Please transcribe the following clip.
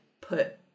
put